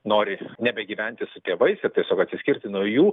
nori nebegyventi su tėvais ir tiesiog atsiskirti nuo jų